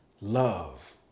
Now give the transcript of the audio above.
love